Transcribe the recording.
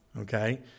okay